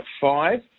five